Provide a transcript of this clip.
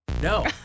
No